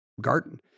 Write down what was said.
garden